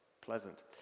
Pleasant